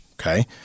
okay